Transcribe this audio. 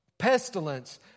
pestilence